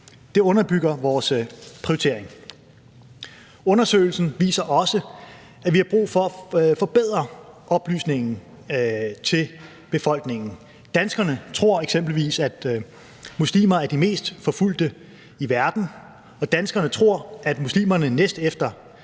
Det underbygger vores prioritering. Undersøgelsen viser også, at vi har brug for at forbedre oplysningen til befolkningen. Danskerne tror eksempelvis, at muslimer er de mest forfulgte i verden, og danskerne tror, at muslimerne, næst efter